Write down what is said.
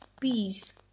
peace